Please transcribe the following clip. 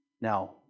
Now